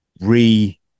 re